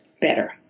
better